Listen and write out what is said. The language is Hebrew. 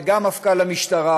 וגם מפכ"ל המשטרה,